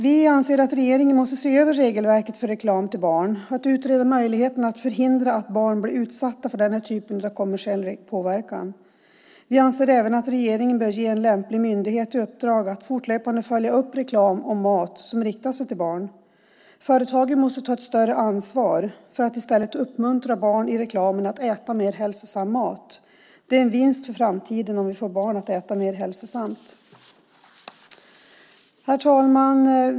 Vi anser att regeringen måste se över regelverket för reklam riktad till barn och utreda möjligheten att förhindra att barn blir utsatta för den här typen av kommersiell påverkan. Vi anser även att regeringen bör ge en lämplig myndighet i uppdrag att fortlöpande följa upp matreklam riktad till barn. Företagen måste också ta ett större ansvar för att i stället i reklamen uppmuntra barn att äta mer hälsosam mat. Det är en vinst för framtiden om vi får barn att äta mer hälsosamt. Herr talman!